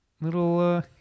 little